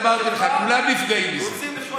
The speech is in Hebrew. אמרתי לך, כולם נפגעים מזה.